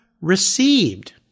received